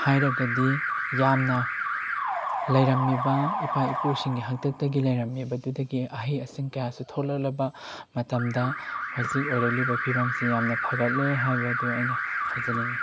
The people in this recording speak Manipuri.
ꯍꯥꯏꯔꯒꯗꯤ ꯌꯥꯝꯅ ꯂꯩꯔꯝꯃꯤꯕ ꯏꯄꯥ ꯏꯄꯨꯁꯤꯡꯒꯤ ꯍꯥꯛꯇꯛꯇꯒꯤ ꯂꯩꯔꯝꯃꯤꯕꯗꯨꯗꯒꯤ ꯑꯍꯩ ꯑꯁꯤꯡ ꯀꯌꯥꯁꯨ ꯊꯣꯛꯂꯛꯂꯕ ꯃꯇꯝꯗ ꯍꯧꯖꯤꯛ ꯑꯣꯏꯔꯛꯂꯤꯕ ꯐꯤꯕꯝꯁꯤ ꯌꯥꯝꯅ ꯐꯒꯠꯂꯦ ꯍꯥꯏꯕꯗꯨ ꯑꯩꯅ ꯍꯥꯏꯖꯅꯤꯡꯏ